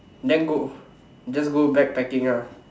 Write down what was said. then go just go backpacking ah